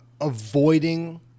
avoiding